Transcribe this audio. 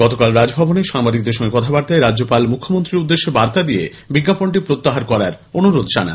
গতকাল রাজভবনে সাংবাদিকদের সঙ্গে কথাবার্তায় রাজ্যপাল মুখ্যমন্ত্রীর উদ্দেশে বার্তা দিয়ে বিজ্ঞাপনটি প্রত্যাহার করার অনুরোধ জানান